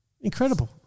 Incredible